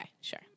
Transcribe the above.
sure